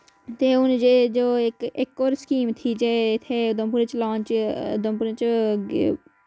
ते हुन जे जो इक इक होर स्कीम थी जे जो इत्थें उधमपुरै च लान्च उधमपुर च अ